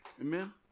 Amen